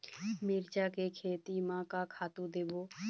मिरचा के खेती म का खातू देबो?